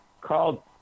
called